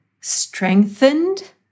strengthened